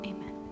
Amen